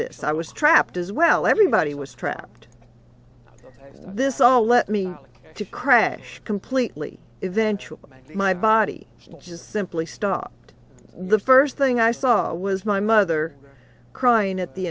this i was trapped as well everybody was trapped this all let me to crash completely eventually my body just simply stopped the first thing i saw was my mother crying at the